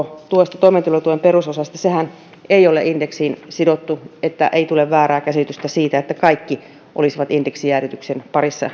tuosta toimeentulotuen perusosasta sehän ei ole indeksiin sidottu että ei tule väärää käsitystä siitä että kaikki nämä sosiaalietuudet olisivat indeksijäädytyksen parissa